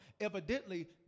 Evidently